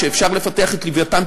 שאפשר לפתח את "לווייתן"